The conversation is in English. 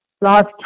last